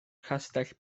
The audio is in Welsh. castell